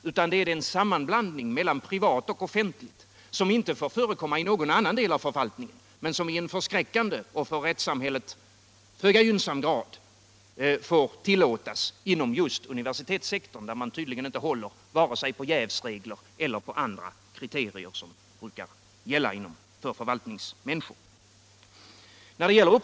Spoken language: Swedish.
Det gäller den sammanblandning mellan privat och offentligt som inte får förekomma i någon annan del av förvaltningen, men som i en förskräckande och för rättssamhället föga gynnsam grad tillåts inom just universitetssektorn, där man tydligen inte håller vare sig på jävsregler eller på andra kriterier som brukar gälla för förvaltningsmänniskor.